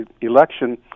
election